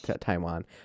taiwan